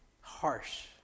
harsh